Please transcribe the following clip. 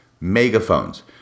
megaphones